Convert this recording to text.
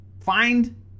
Find